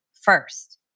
first